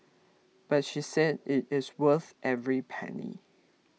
but she said it is worth every penny